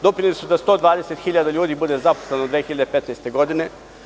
Doprineli su da 120 hiljada ljudi bude zaposleno 2015. godine.